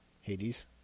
Hades